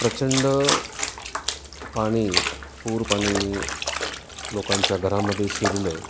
प्रचंड पाणी पूर पाणी लोकांच्या घरामध्ये शिरलं